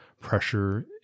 pressure